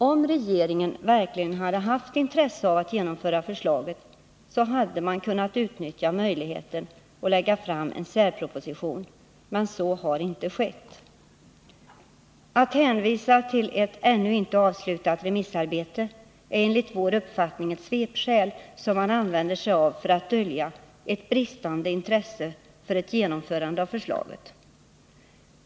Om regeringen verkligen hade haft intresse av att genomföra förslaget så hade man kunnat utnyttja möjligheterna att lägga fram en särproposition, men så har inte skett. Att hänvisa till ett ännu inte avslutat remissarbete är enligt vår uppfattning ett svepskäl, som man använder sig av för att dölja ett bristande intresse för ett genomförande av förslaget.